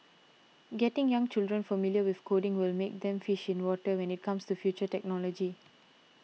getting young children familiar with coding will make them fish in water when it comes to future technology